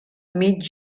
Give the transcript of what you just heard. mig